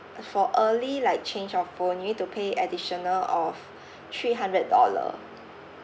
for early like change of phone you need to pay additional of three hundred dollar